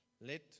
let